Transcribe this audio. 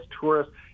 tourists